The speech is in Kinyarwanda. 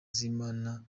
z’imana